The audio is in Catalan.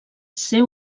ser